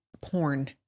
porn